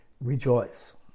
rejoice